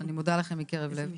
אני מודה לכם מקרב לב.